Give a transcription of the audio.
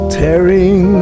tearing